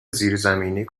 زیرزمینی